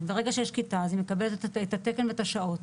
ברגע שיש כיתה, היא מקבלת את התקן ואת השעות.